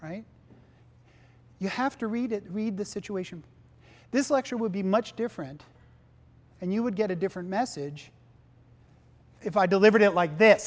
right you have to read it read the situation this lecture would be much different and you would get a different message if i delivered it like th